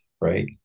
right